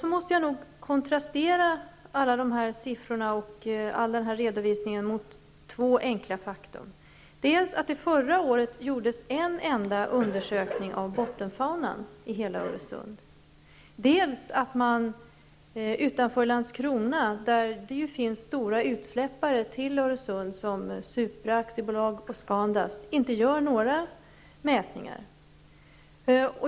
Jag måste nog ändå kontrastera alla dessa siffror och all denna redovisning mot två enkla fakta, dels att det förra året i hela Öresund gjordes en enda undersökning av bottenfaunan, dels att man utanför Landskrona -- där det ju förekommer stora utsläpp i Öresund av företag som Supra AB och Scandust -- inte gör några mätningar.